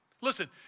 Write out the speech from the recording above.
Listen